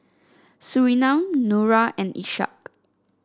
Surinam Nura and Ishak